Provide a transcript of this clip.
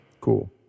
Cool